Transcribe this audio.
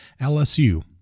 LSU